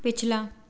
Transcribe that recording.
पिछला